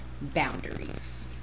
boundaries